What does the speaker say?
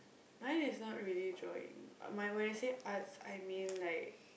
mine is not really drawing my when I say arts I mean like